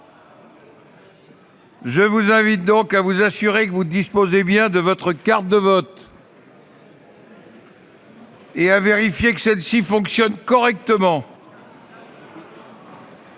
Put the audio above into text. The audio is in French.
mes chers collègues, à vous assurer que vous disposez bien de votre carte de vote et à vérifier que celle-ci fonctionne correctement